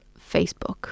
Facebook